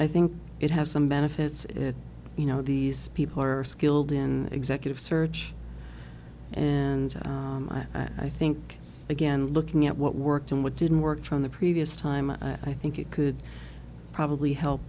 i think it has some benefits if you know these people are skilled in executive search and i think again looking at what worked and what didn't work from the previous time i think it could probably help